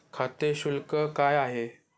खाते शुल्क काय आहे?